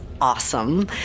awesome